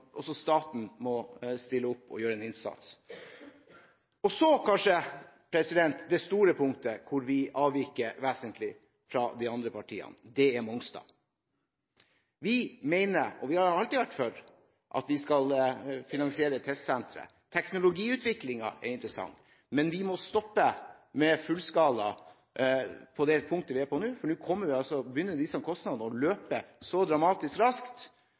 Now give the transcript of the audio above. også staten må stille opp og gjøre en innsats. Så til kanskje det store punktet hvor vi avviker vesentlig fra de andre partiene: Mongstad. Vi mener – og vi har alltid vært for – at vi skal finansiere testsenteret. Teknologiutviklingen er interessant, men vi må stoppe fullskalaanlegget på det punktet vi er nå, for nå begynner kostnadene å løpe dramatisk raskt.